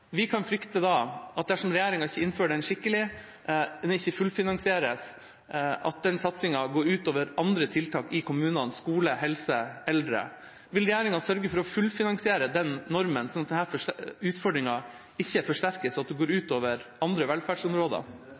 den ikke blir fullfinansiert, så kan den satsingen gå ut over andre tiltak i kommunene, f.eks. til skole, helse og eldre. Vil regjeringa sørge for å fullfinansiere lærernormen, slik at denne utfordringen ikke forsterkes og går ut over andre velferdsområder?